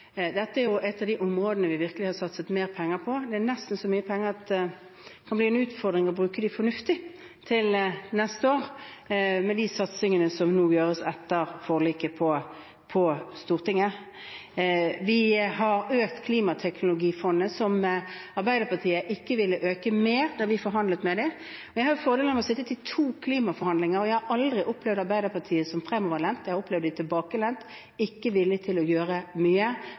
Dette er et av de områdene vi har satset mer penger på – nesten så mye penger at det kan bli en utfordring å bruke dem fornuftig til neste år med de satsingene som nå gjøres etter forliket på Stortinget. Vi har økt klimateknologifondet, som Arbeiderpartiet ikke ville øke mer da vi forhandlet med dem. Jeg har fordelen av å ha sittet i to klimaforhandlinger, og jeg har aldri opplevd Arbeiderpartiet som fremoverlent. Jeg har opplevd dem som tilbakelent, ikke villige til å gjøre mye